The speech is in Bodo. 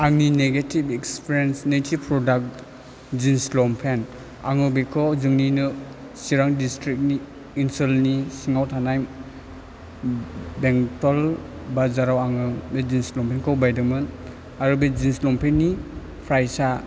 आंनि नेगेटिभ इग्सफिरियेन्स नैथि प्रदाक जिन्स लंपेन्ट आङो बेखौ जोंनिनो चिरां दिस्थ्रिक्ट ओनसोलनि सिङाव थानाय बेंथल बाजाराव आङो बे जिन्स लंपेन्टखौ बायदोंमोन आरो बे जिन्स लंपेन्टनि प्राइसा